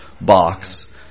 box